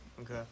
Okay